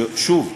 שוב,